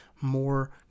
more